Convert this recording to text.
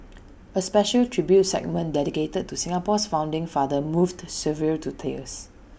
A special tribute segment dedicated to Singapore's founding father moved several to tears